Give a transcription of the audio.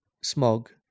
Smog